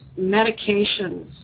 medications